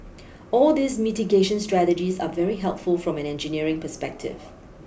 all these mitigation strategies are very helpful from an engineering perspective